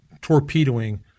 torpedoing